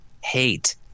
hate